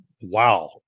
Wow